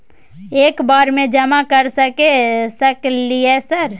एक बार में जमा कर सके सकलियै सर?